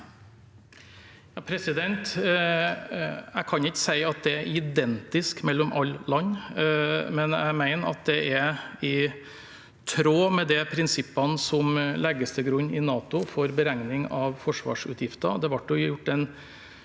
Jeg kan ikke si at det er identisk mellom alle land, men jeg mener at det er i tråd med de prinsippene som legges til grunn i NATO for beregning av forsvarsutgifter.